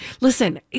Listen